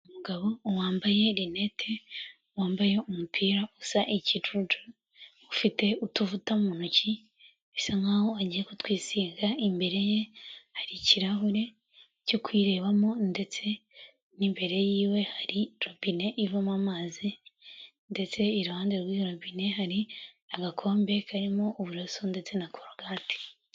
Umugabo wambaye rinete, wambaye umupira usa ikijuju, ufite utuvuta mu ntoki bisa nkaho agiye kutwisiga, imbere ye hari ikirahure cyo kwirebamo ndetse n'imbere yiwe hari robine ivamo amazi ndetse iruhande rw'iyo robine hari agakombe karimo uburoso ndetse na korogate.